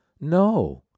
No